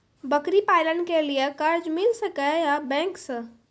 बकरी पालन के लिए कर्ज मिल सके या बैंक से?